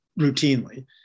routinely